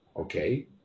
Okay